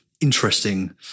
interesting